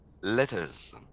letters